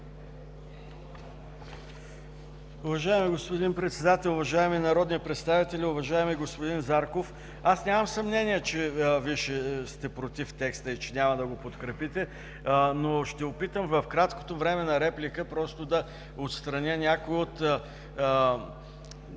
Уважаеми господин Председател, уважаеми народни представители, уважаеми господин Зарков! Аз нямам съмнение, че Вие ще сте против текста и че няма да го подкрепите, но ще опитам в краткото време на реплика просто да отстраня някои от